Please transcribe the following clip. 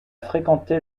fréquenté